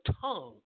tongue